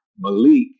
Malik